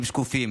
הם שקופים.